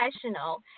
professional